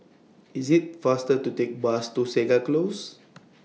IT IS faster to Take Bus to Segar Close